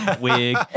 Wig